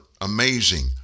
amazing